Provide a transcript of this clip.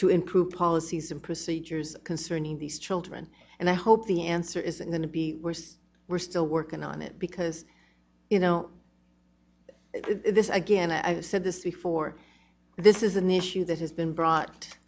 to improve policies and procedures concerning these children and i hope the answer isn't going to be worse we're still working on it because you know this again i've said this before this is an issue that has been brought